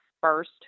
first